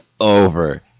over